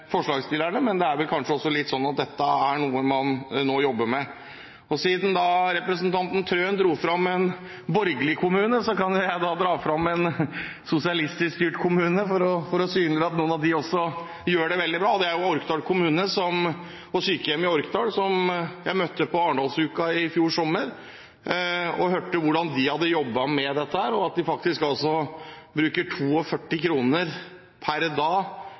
forslagsstillerne, men det er kanskje også litt sånn at dette er noe man nå jobber med. Siden representanten Wilhelmsen Trøen dro fram en borgerlig kommune, kan jeg dra fram en sosialistisk styrt kommune, for å synliggjøre at også noen av dem gjør det veldig bra. Det er Orkdal kommune og sykehjemmet der. De møtte jeg under Arendalsuka i fjor sommer, og da hørte jeg hvordan de hadde jobbet med dette. De bruker 42 kr per dag per person, og de leverer flere varme måltider hver eneste dag. Det sier noe om at her